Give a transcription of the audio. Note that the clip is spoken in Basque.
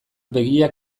begia